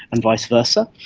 and vice versa.